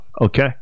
Okay